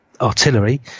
artillery